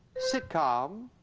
sitcom.